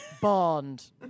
Bond